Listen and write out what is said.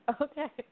Okay